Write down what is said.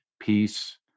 peace